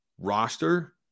roster